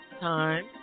time